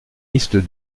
liste